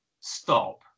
stop